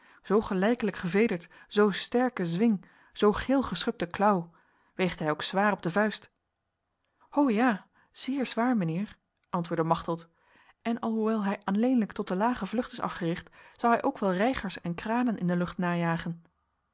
zo gelijkelijk gevederd zo sterke zwing zo geel geschubde klauw weegt hij ook zwaar op de vuist ho ja zeer zwaar mijnheer antwoordde machteld en alhoewel hij alleenlijk tot de lage vlucht is afgericht zou hij ook wel reigers en kranen in de lucht najagen